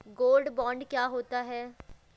Gold bond क्या होता है?